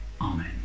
Amen